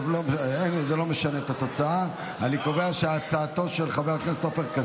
אין ההצעה להפוך את הצעת חוק ההסדרים במשק (תיקוני חקיקה להגשת יעדי